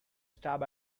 stab